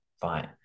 fine